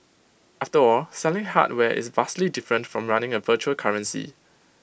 after all selling hardware is vastly different from running A virtual currency